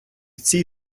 цій